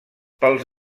pels